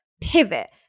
pivot